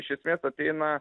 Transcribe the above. iš esmės ateina